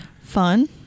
fun